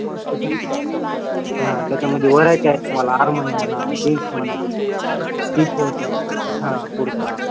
त्याच्यामध्ये हां त्याच्यामदे व्हरायटी आहेत तुम्हाला हार्मनी म्हणा जीन्स म्हणा टीशर्ट हां कुर्ता